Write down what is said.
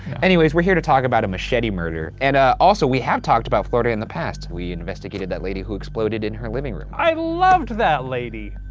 anyways, we're here to talk about a machete murder. and also, we have talked about florida in the past. we investigated that lady who exploded in her living room. i loved that lady!